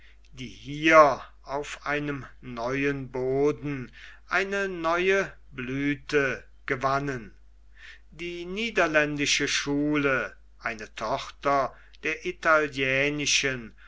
die hier auf einem neuen boden eine neue blüthe gewannen die niederländische schule eine tochter der italienischen